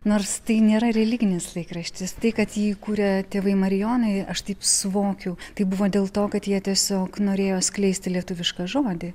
nors tai nėra religinis laikraštis tai kad jį kuria tėvai marijonai aš taip suvokiu tai buvo dėl to kad jie tiesiog norėjo skleisti lietuvišką žodį